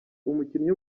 umukinnyi